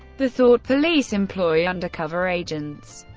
the thought police employ undercover agents,